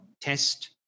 test